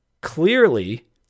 clearly